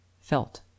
felt